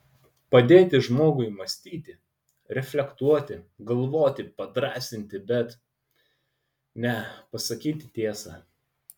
padėti žmogui mąstyti reflektuoti galvoti padrąsinti bet ne pasakyti tiesą